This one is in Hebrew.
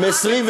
מירושלים.